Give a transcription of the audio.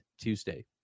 Tuesday